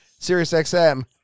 SiriusXM